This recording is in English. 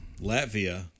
Latvia